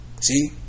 See